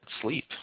sleep